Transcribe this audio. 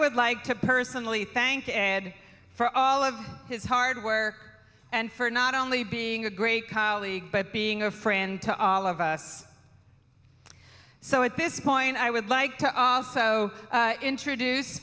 would like to personally thank him for all of his hardware and for not only being a great colleague but being a friend to all of us so at this point i would like to also introduce